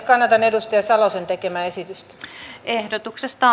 kannatan edustaja salosen tekemää ehdotusta